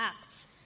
Acts